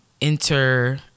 enter